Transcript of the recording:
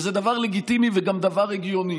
וזה דבר לגיטימי וגם דבר הגיוני.